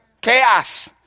Chaos